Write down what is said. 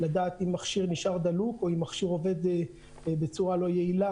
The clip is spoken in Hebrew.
לדעת אם מכשיר נשאר דולק או אם מכשיר עובד בצורה לא יעילה.